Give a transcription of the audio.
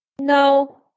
No